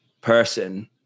person